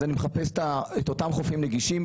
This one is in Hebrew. אז אני מחפש יותר את אותם חופים נגישים,